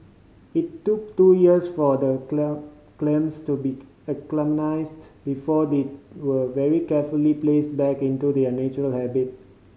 it took two years for the clams to be acclimatised before they were very carefully placed back into their natural habitat